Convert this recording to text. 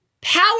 power